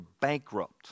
bankrupt